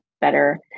better